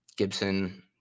Gibson